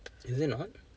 is it not